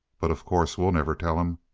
but of course we'll never tell him.